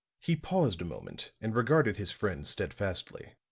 he paused a moment and regarded his friend steadfastly.